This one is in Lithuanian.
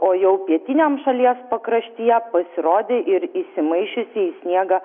o jau pietiniam šalies pakraštyje pasirodė ir įsimaišiusi į sniegą